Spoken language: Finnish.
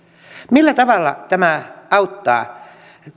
millä tavalla tämä auttaa